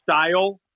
style